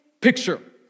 picture